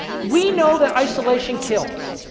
we know that isolation kills.